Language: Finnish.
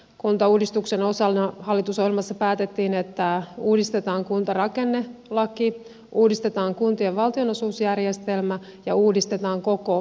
kuntauudistuksen osalta hallitusohjelmassa päätettiin että uudistetaan kuntarakennelaki uudistetaan kuntien valtionosuusjärjestelmä ja uudistetaan koko kuntalaki